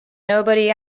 nobody